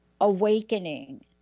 awakening